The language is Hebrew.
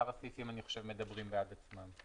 אני חושב ששאר הסעיפים מדברים בעד עצמם.